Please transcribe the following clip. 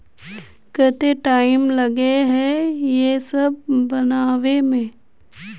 केते टाइम लगे है ये सब बनावे में?